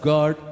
God